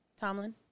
Tomlin